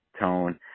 tone